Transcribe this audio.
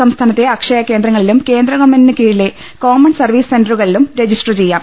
സംസ്ഥാനത്തെ അക്ഷയ കേന്ദ്ര ങ്ങളിലും കേന്ദ്രഗവൺമെന്റിന് കീഴിലെ കോമൺ സർവീസ് സെന്ററുകളിലും രജിസ്റ്റർ ചെയ്യാം